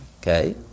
Okay